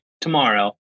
tomorrow